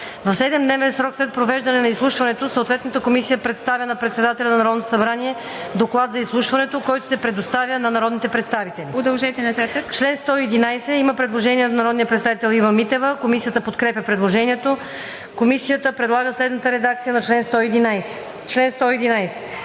В 7-дневен срок след провеждане на изслушването съответната комисия представя на председателя на Народното събрание доклад за изслушването, който се предоставя на народните представители.“ По чл. 111 има предложение от народния представител Ива Митева. Комисията подкрепя предложението. Комисията предлага следната редакция на чл. 111: